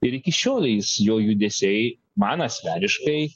ir iki šiol jis jo judesiai man asmeniškai